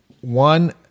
one